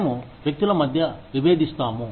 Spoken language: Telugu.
మేము వ్యక్తుల మధ్య విభేదిస్తాము